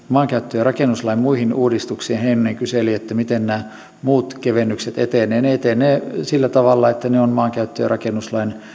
maankäyttö ja rakennuslain muihin uudistuksiin heinonen kyseli miten nämä muut kevennykset etenevät ne etenevät sillä tavalla että ne ovat maankäyttö ja rakennuslain